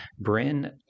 Bryn